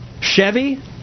Chevy